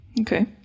Okay